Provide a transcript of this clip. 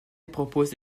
proposa